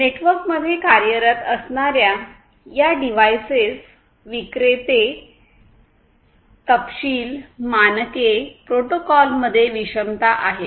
नेटवर्कमध्ये कार्यरत असणाऱ्या या डिव्हाइसेस विक्रेते तपशील मानके प्रोटोकॉलमध्ये विषमता आहे